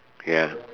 ya